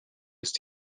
ist